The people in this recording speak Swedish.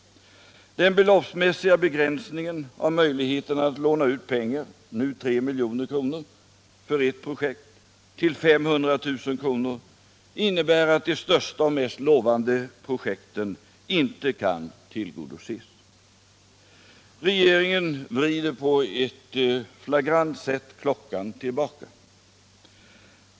Den beloppsmässiga begränsningen av möjligheterna att låna ut pengar — nu 3 milj.kr. för ett projekt — till 500 000 kr. innebär att de största och mest lovande projekten inte kan tillgodoses. Regeringen vrider på ett flagrant sätt klockan tillbaka.